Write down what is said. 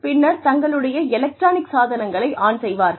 பின்னர் தங்களுடைய எலக்ட்ரானிக் சாதனங்களை ஆன் செய்வார்கள்